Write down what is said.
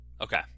Okay